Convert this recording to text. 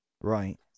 Right